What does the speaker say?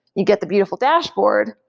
you get the beautiful dashboard.